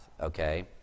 okay